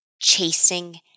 Chasing